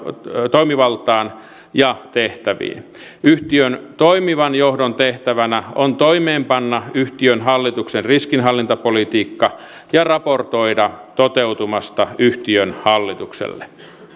toimivaltaan ja tehtäviin yhtiön toimivan johdon tehtävänä on toimeenpanna yhtiön hallituksen riskinhallintapolitiikka ja raportoida toteutumasta yhtiön hallitukselle